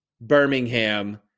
Birmingham